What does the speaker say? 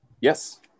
Yes